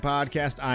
Podcast